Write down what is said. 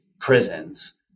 prisons